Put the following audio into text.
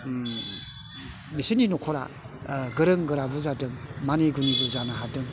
बिसोरनि न'खरा गोरों गोराबो जादों मानि गुनिबो जानो हादों